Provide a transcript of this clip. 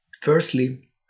firstly